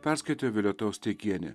perskaitė violeta austeikienė